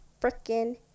freaking